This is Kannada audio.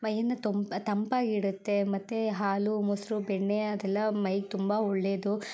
ಮೈಯನ್ನು ತೊಂಪ್ ತಂಪಾಗಿಡತ್ತೆ ಮತ್ತು ಹಾಲು ಮೊಸರು ಬೆಣ್ಣೆ ಅದೆಲ್ಲ ಮೈಗೆ ತುಂಬ ಒಳ್ಳೆಯದು